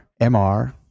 MR